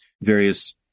various